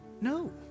No